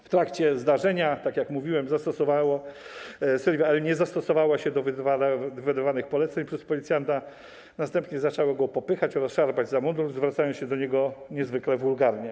W trakcie zdarzenia, tak jak mówiłem, Sylwia L. nie zastosowała się do wydawanych poleceń przez policjanta, następnie zaczęła go popychać oraz szarpać za mundur, zwracając się do niego niezwykle wulgarnie.